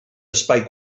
espai